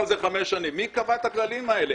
מי קבע את הכללים האלה?